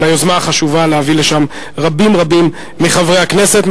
על היוזמה החשובה להביא לשם רבים רבים מחברי הכנסת,